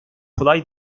kolay